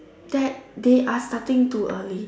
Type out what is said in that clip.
that they are starting too early